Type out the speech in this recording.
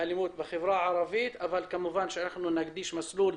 כמובן שנקדיש מסלול